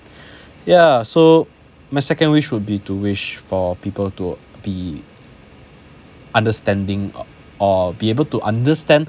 ya so my second wish would be to wish for people to be understanding or be able to understand